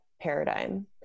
paradigm